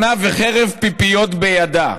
לשרה שתרבות על לשונה וחרב פיפיות בידה.